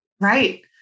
Right